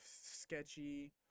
sketchy